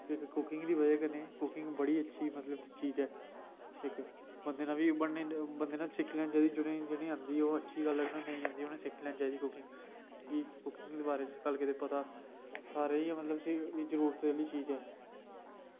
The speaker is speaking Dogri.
इक्क कुकिंग दी बजह कन्नै इक्क कुकिंग बड़ी अच्छी चीज़ ऐ बंदे नै सिक्खी लैनी चाहिदी जि'नेंगी आंदी ऐ ओह् जिनेंगी नेईं आंदी उ'नेंगी सिक्खी लैनी चाहिदी कुकिंग ते कुकिंग दे बारै च हर गल्ल पता सारे इंया मतलब की जरूरत आह्ली चीज़ ऐ